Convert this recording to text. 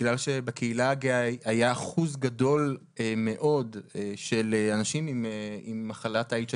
מכיוון שבקהילה היה שיעור גדול מאוד של אנשים עם מחלת איידס.